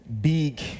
big